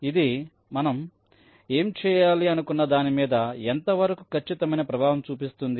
ఇది మనం ఏం చేయాలి అనుకున్న దాని మీద ఎంత వరకు ఖచ్చితమైన ప్రభావం చూపిస్తుంది